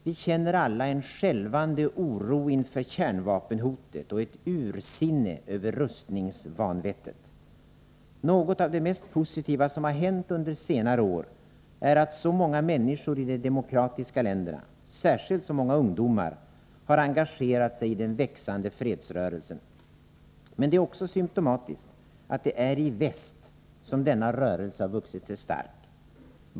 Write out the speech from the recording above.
Vi känner alla en skälvande oro inför kärnvapenhotet och ett ursinne över rustningsvanvettet. Något av det mest positiva som har hänt under senare år är att så många människor i de demokratiska länderna — särskilt så många ungdomar — har engagerat sig i den växande fredsrörelsen. Men det är också symtomatiskt att det är i väst som denna rörelse har vuxit sig stark.